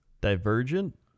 Divergent